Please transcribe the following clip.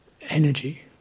energy